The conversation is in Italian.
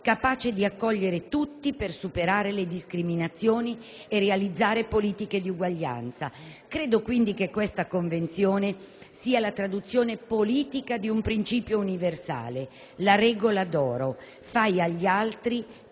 capace di accogliere tutti, per superare le discriminazioni e realizzare politiche di uguaglianza. Credo che questa Convenzione sia la traduzione politica di un principio universale, la regola d'oro: «Fai agli altri